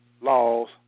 laws